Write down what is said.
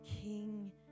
King